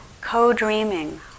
co-dreaming